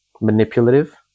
manipulative